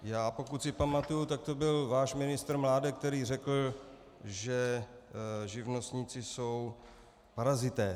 Já, pokud si pamatuji, tak to byl váš ministr Mládek, který řekl, že živnostníci jsou parazité.